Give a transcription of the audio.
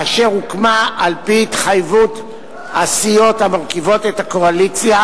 אשר הוקמה על-פי התחייבות הסיעות המרכיבות את הקואליציה